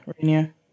Rainier